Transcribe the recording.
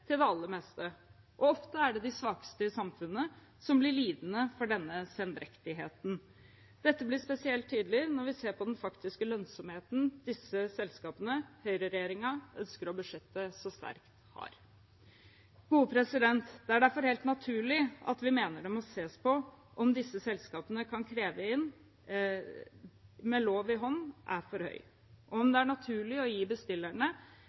det aller meste, og ofte er det de svakeste i samfunnet som lider for denne sendrektigheten. Dette blir spesielt tydelig når vi ser på den faktiske lønnsomheten disse selskapene høyreregjeringen ønsker å beskytte så sterkt, har. Det er derfor helt naturlig at vi mener det må ses på om det disse selskapene kan kreve inn med lov i hånd, er for høyt, om det er naturlig å gi bestillerne